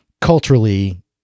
culturally